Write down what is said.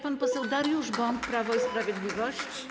Pan poseł Dariusz Bąk, Prawo i Sprawiedliwość.